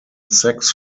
sex